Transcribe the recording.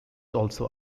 also